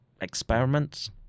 experiments